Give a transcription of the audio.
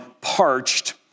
parched